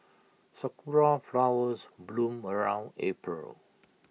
Sakura Flowers bloom around April